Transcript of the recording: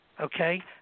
okay